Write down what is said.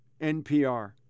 NPR